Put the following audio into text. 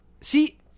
See